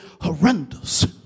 horrendous